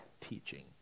teaching